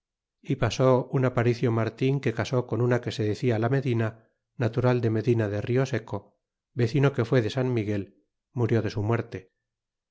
e pasó un aparicio martin que casó con una que se decia la medina natural de medina de rioseco vecino que fue de san miguel murió de su muerte